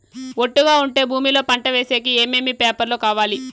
ఒట్టుగా ఉండే భూమి లో పంట వేసేకి ఏమేమి పేపర్లు కావాలి?